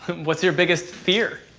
what's your biggest fear?